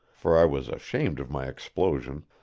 for i was ashamed of my explosion,